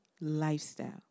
lifestyle